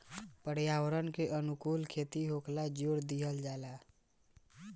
पर्यावरण के अनुकूल खेती होखेल जोर दिहल जाता